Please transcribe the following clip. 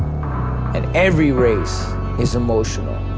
and every race is emotional,